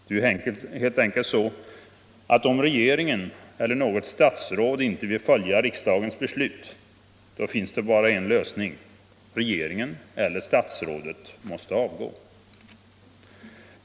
Det är helt enkelt så att om regeringen eller något statsråd inte vill följa riksdagens beslut, då finns det bara en lösning: regeringen eller statsrådet måste avgå.